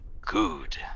good